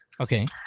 Okay